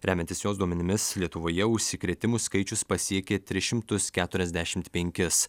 remiantis jos duomenimis lietuvoje užsikrėtimų skaičius pasiekė tris šimtus keturiasdešimt penkis